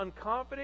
unconfident